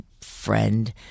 friend